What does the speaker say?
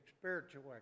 spiritual